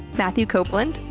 matthew copeland,